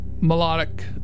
melodic